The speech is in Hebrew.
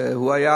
הוא היה